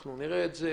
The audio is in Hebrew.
אנחנו נראה את זה,